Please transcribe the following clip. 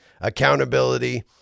accountability